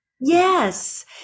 Yes